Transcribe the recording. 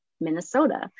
minnesota